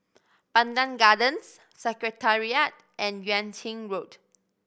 Pandan Gardens Secretariat and Yuan Ching Road